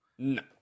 No